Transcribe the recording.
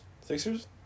Sixers